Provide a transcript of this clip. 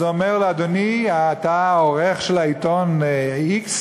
אז הוא אומר לו: אדוני, אתה העורך של העיתון x?